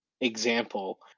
example